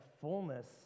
fullness